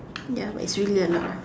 ya but it's really a lot ah